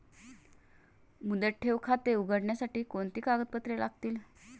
मुदत ठेव खाते उघडण्यासाठी कोणती कागदपत्रे लागतील?